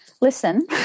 Listen